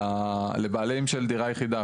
לבעלים דירה יחידה.